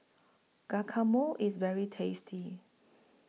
Guacamole IS very tasty